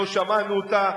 לא שמענו אותה,